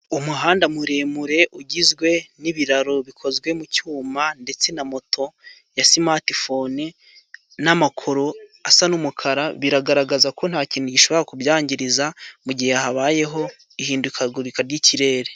Umuhanda muremure ugizwe n'ibiraro bikozwe mu cyuma ,ndetse na moto ya simatifone n'amakoro asa n'umukara, biragaragaza ko ntakintu gishobora kubyangiriza mu gihe habayeho ihindukagurika ry'ikirere.